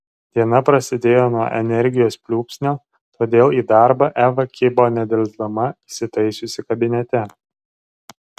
diena prasidėjo nuo energijos pliūpsnio todėl į darbą eva kibo nedelsdama įsitaisiusi kabinete